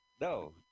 No